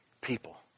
people